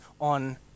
on